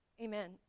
Amen